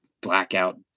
blackout